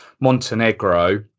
Montenegro